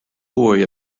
boy